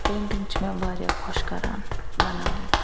painting چھِ مےٚ واریاہ خۄش کَران بناوٕنۍ